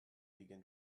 begin